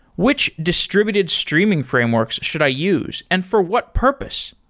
which distributed streaming frameworks should i use and for what purpose?